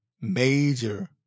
major